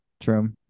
True